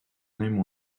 name